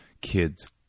kids